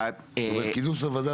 כינוס הוועדה,